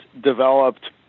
developed